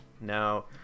Now